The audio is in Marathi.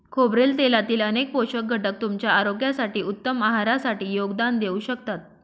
खोबरेल तेलातील अनेक पोषक घटक तुमच्या आरोग्यासाठी, उत्तम आहारासाठी योगदान देऊ शकतात